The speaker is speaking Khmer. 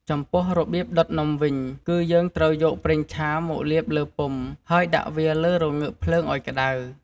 ចំពោះរបៀបដុតនំវិញ គឺយើងត្រូវយកប្រេងឆាមកលាបលើពុម្ព ហើយដាក់វាលើរងើកភ្លើងអោយក្តៅ។